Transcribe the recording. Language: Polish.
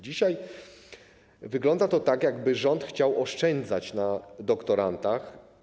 Dzisiaj wygląda to tak, jakby rząd chciał oszczędzać na doktorantach.